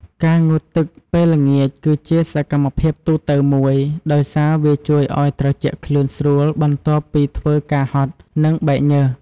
ការងូតទឹកពេលល្ងាចគឺជាសកម្មភាពទូទៅមួយ ដោយសារវាជួយឱ្យត្រជាក់ខ្លួនស្រួលបន្ទាប់ពីធ្វើការហត់ និងបែកញើស។